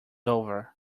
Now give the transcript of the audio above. over